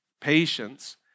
Patience